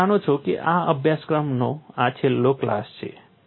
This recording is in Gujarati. તમે જાણો છો કે આ અભ્યાસક્રમનો આ છેલ્લો ક્લાસ છે